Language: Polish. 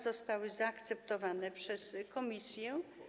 Zostały one zaakceptowane przez komisję.